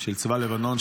של צבא לבנון,